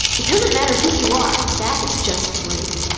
it doesn't matter who you are, that is just rude.